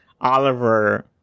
Oliver